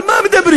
על מה מדברים?